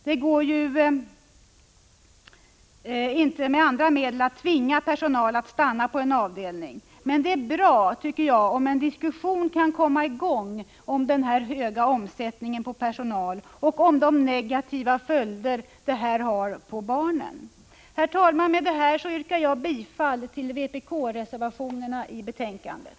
Det går ju inte att med andra medel tvinga personal att stanna på en avdelning, men det är bra om en diskussion kan komma i gång om den höga omsättningen på personal och de negativa följder den har på barnen. Herr talman! Med det här yrkar jag bifall till vpk-reservationerna i betänkandet.